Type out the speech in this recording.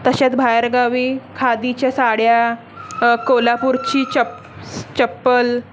तशाच बाहेर गावी खादीच्या साड्या कोल्हापूरची चप चप्पल